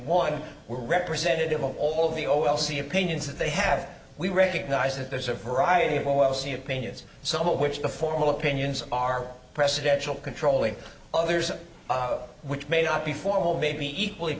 were representative of all the o l c opinions that they have we recognize that there's a variety of o o c opinions some of which the formal opinions are presidential controlling others which may not be formal may be equally